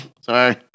Sorry